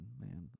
man